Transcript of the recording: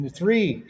three